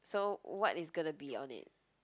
so what is gonna be on it